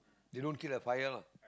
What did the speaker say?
they don't kill the fire lah